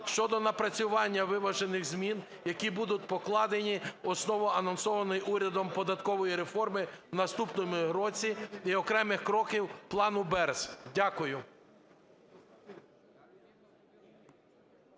щодо напрацювання виважених змін, які будуть покладені в основу анонсованої урядом податкової реформи в наступному році і окремих кроків плану BEPS. Дякую.